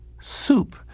soup